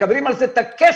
מקבלים על זה את הכסף,